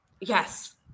Yes